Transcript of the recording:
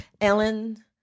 Ellen